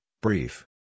brief